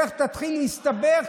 לך תתחיל להסתבך.